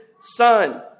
son